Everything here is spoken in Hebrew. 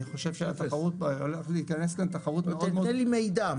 אני חושב שהולכת להיכנס כאן תחרות מאוד --- תן לי מידע.